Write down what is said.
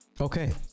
Okay